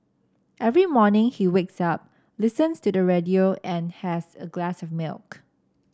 every morning he wakes up listens to the radio and has a glass of milk